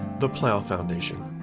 the plough foundation,